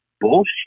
bullshit